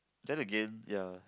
then again ya